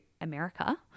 america